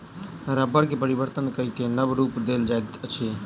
रबड़ के परिवर्तन कय के नब रूप देल जाइत अछि